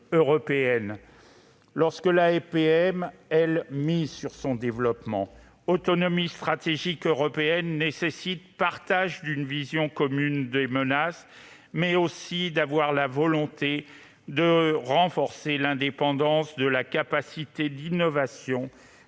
alors que la LPM mise sur son développement. L'autonomie stratégique européenne nécessite de partager une vision commune des menaces, mais aussi d'avoir la volonté de renforcer l'indépendance et la capacité d'innovation